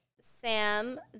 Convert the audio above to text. Sam